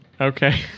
Okay